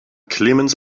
clemens